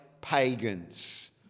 pagans